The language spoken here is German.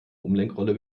umlenkrolle